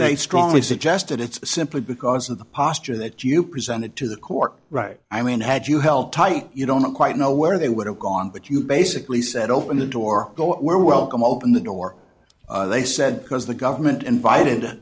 they strongly suggested it's simply because of the posture that you presented to the court right i mean had you help tight you don't quite know where they would have gone but you basically said open the door go it were welcome open the door they said because the government invited t